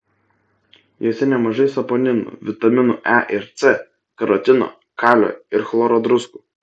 jose nemažai saponinų vitaminų e ir c karotino kalio ir chloro druskų